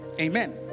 Amen